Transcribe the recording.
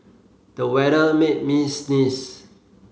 the weather made me sneeze